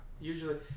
usually